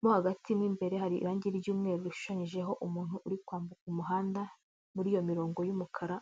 mo hagati mo imbere hari irangi ry'umweru, rishushanyijeho umuntu uri kwambuka umuhanda, muri iyo mirongo y'umukara.